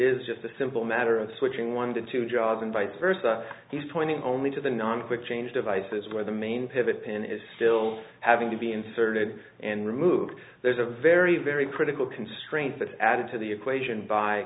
is just a simple matter of switching one to two jobs and vice versa he's twenty only to the non quick change devices where the main pivot pin is still having to be inserted and removed there's a very very critical constraint that added to the equation by